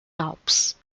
alps